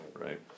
right